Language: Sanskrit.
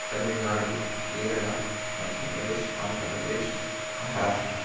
तमिळ्नाडु केरळा मध्यप्रदेशः आन्ध्रप्रदेशः महाराष्ट्रम्